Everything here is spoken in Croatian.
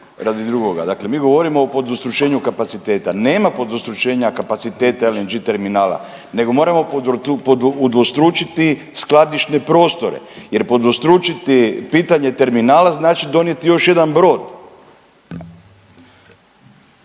radi drugoga, dakle mi govorimo o podvostručenju kapaciteta, nema podvostručenja kapaciteta LNG terminala nego moramo udvostručiti skladišne prostore jer podvostručiti pitanje terminala znači donijeti još jedan brod.